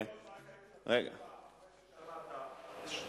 אדוני היושב-ראש,